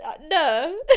no